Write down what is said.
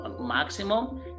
maximum